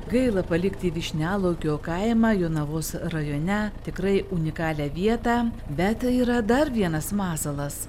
gaila palikti vyšnialaukio kaimą jonavos rajone tikrai unikalią vietą bet yra dar vienas masalas